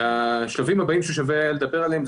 השקפים הבאים שהיה שווה לדבר עליהם.